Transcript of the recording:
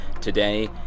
today